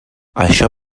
això